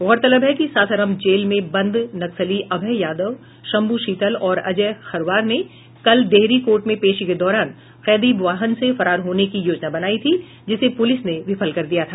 गौरतलब है कि सासाराम जेल में बंद नक्सली अभय यादव शंभू शीतल और अजय खरवार ने कल डेहरी कोर्ट में पेशी के दौरान कैदी वाहन से फरार होने की योजना बनाई थी जिसे पुलिस ने विफल कर दिया था